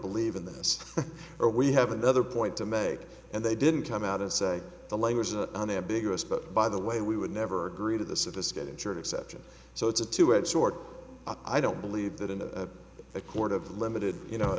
believe in this or we have another point to make and they didn't come out and say the line was an unambiguous but by the way we would never agree to the surface that ensured exception so it's a two edged sword i don't believe that in a court of limited you know